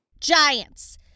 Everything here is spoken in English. Giants